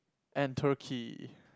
and turkey